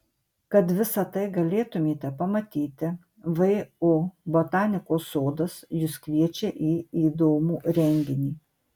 kad visa tai galėtumėte pamatyti vu botanikos sodas jus kviečia į įdomų renginį